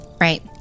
right